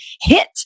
hit